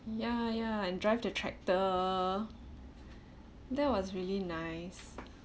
ya ya and drive the tractor that was really nice